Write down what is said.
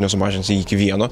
nesumažinsi iki vieno